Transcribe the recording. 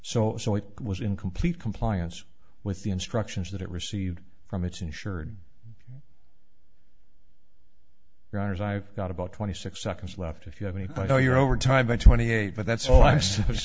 so so it was in complete compliance with the instructions that it received from its insured writers i've got about twenty six seconds left if you have any oh you're over time by twenty eight but that's all i s